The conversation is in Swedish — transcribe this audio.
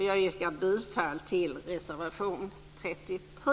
Jag yrkar bifall till reservation 33.